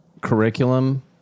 curriculum